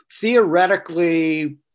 theoretically